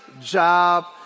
job